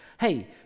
Hey